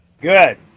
Good